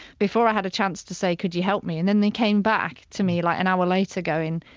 before i had a chance to say could you help me and then they came back to me like an hour later, going,